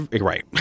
Right